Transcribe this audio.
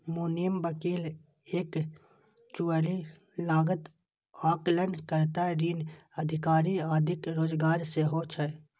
मुनीम, वकील, एक्चुअरी, लागत आकलन कर्ता, ऋण अधिकारी आदिक रोजगार सेहो छै